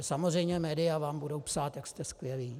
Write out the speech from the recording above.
Samozřejmě média vám budou psát, jak jste skvělí.